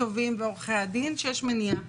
התובעים ועורכי הדין שיש מניעה.